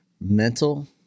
mental